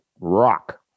rock